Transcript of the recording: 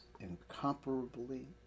incomparably